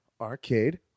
arcade